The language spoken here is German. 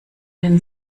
den